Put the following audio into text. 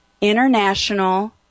International